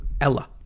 ella